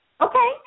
Okay